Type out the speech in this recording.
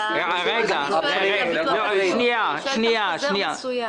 הכוונה לחוזר מסוים